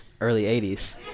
early-80s